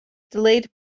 delayed